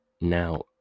Now